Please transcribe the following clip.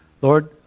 Lord